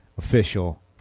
Official